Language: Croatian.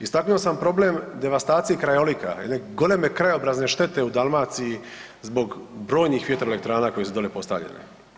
Istaknuo sam problem devastacije krajolika, jedne goleme krajobrazne štete u Dalmaciji zbog brojnih vjetroelektrana koje su dolje postavljene.